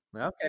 Okay